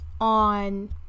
on